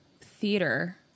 theater